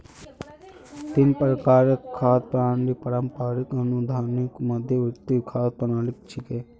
तीन प्रकारेर खाद्य प्रणालि पारंपरिक, आधुनिक आर मध्यवर्ती खाद्य प्रणालि छिके